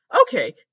okay